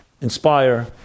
Inspire